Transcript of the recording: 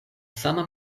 sama